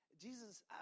Jesus